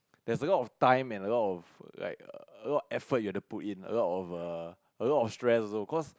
there's a lot of time and a lot of like a lot of effort you have to put in a lot of err a lot of stress also cause